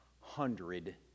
hundred